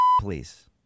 please